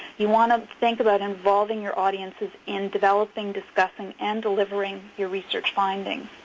you want to think about involving your audiences in developing, discussing and delivering your research findings.